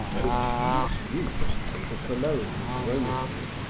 which misused eau de cologne and rosemary,